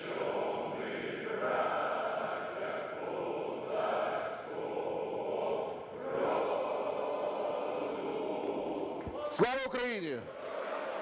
Слава Україні!